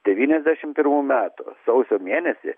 devyniasdešimt pirmų metų sausio mėnesį